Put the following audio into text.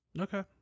Okay